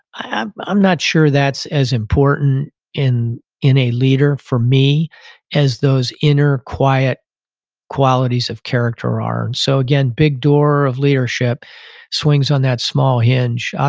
i'm i'm not sure that's as important in in a leader for me as those inner quiet qualities of character are. and so, again, big door of leadership swings on that small hinge.